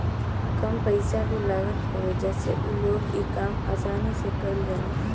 कम पइसा भी लागत हवे जसे उ लोग इ काम आसानी से कईल जाला